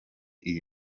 iyi